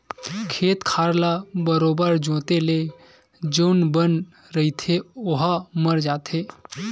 खेत खार ल बरोबर जोंते ले जउन बन रहिथे ओहा मर जाथे